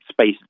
space